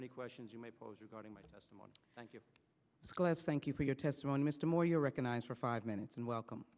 any questions you may pose regarding my testimony thank you thank you for your testimony mr moore you're recognized for five minutes and welcome